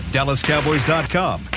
DallasCowboys.com